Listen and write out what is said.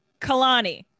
Kalani